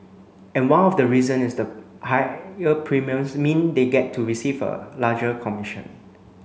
and one of the reason is the higher premiums mean they get to receive a larger commission